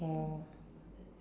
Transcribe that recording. oh